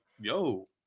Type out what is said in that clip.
yo